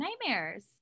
nightmares